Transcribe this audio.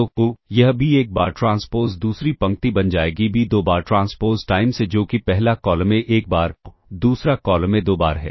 तो यह B 1 बार ट्रांसपोज़ दूसरी पंक्ति बन जाएगी B 2 बार ट्रांसपोज़ टाइम्स A जो कि पहला कॉलम A 1 बार दूसरा कॉलम A 2 बार है